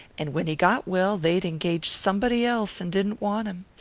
and when he got well they'd engaged somebody else and didn't want him,